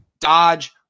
dodge